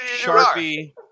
Sharpie